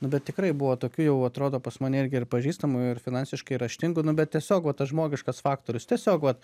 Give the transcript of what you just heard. nu bet tikrai buvo tokių jau atrodo pas mane irgi ir pažįstamų ir finansiškai raštingų nu bet tiesiog va tas žmogiškas faktorius tiesiog vat